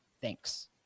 thanks